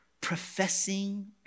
professing